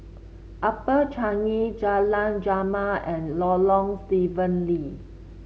Upper Changi Jalan Jamal and Lorong Stephen Lee